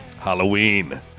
Halloween